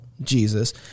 Jesus